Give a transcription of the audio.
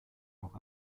auch